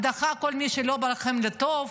בהדחת כל מי שלא בא לכם בטוב.